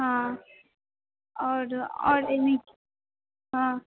हँ आओर आओर नहि हँ